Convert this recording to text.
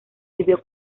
vivió